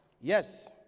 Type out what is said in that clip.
Yes